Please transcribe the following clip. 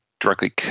directly